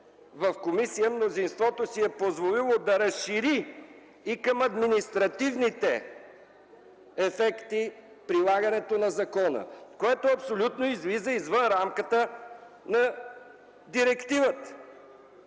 в комисията мнозинството си е позволило да разшири и към административните ефекти прилагането на закона, което абсолютно излиза извън рамката на директивата.